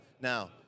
Now